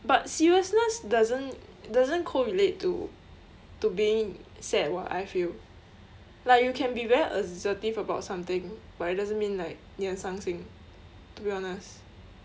but seriousness doesn't doesn't correlate to to being sad [what] I feel like you can be very assertive about something but it doesn't mean like 你很伤心 to be honest